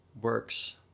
works